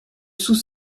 sous